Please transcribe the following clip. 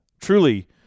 truly